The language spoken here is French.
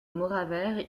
mauravert